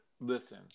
Listen